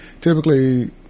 Typically